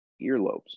earlobes